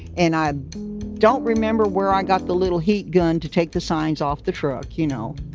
and i don't remember where i got the little heat gun to take the signs off the truck. you know.